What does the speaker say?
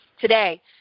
today